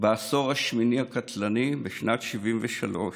בעשור השמיני הקטלני בשנת 73,